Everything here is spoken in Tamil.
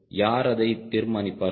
யார் அதை தீர்மானிப்பார்கள்